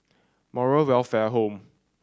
Moral Welfare Home